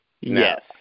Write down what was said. Yes